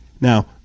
Now